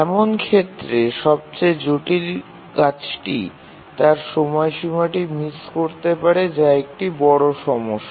এমন ক্ষেত্রে সবচেয়ে জটিল কাজটি তার সময়সীমাটি মিস করতে পারে যা একটি বড় সমস্যা